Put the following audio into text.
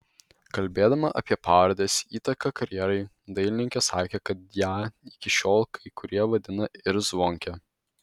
kalbėdama apie pavardės įtaką karjerai dainininkė sakė kad ją iki šiol kai kurie vadina ir zvonke